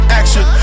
action